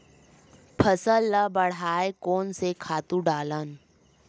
फसल ल बढ़ाय कोन से खातु डालन?